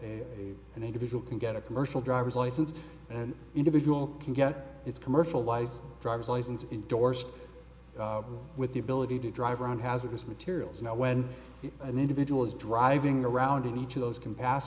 of an individual can get a commercial driver's license an individual can get its commercialise drivers license indorsed with the ability to drive around hazardous materials and when an individual is driving around in each of those compass